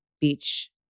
beach